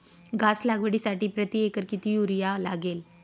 घास लागवडीसाठी प्रति एकर किती युरिया लागेल?